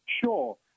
Sure